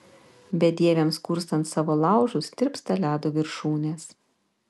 bedieviams kurstant savo laužus tirpsta ledo viršūnės